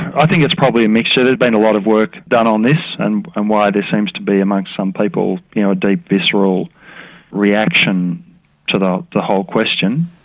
i think it's probably a mixture. there's been a lot of work done on this and and why there seems to be among some people you know a deep visceral reaction to the whole question.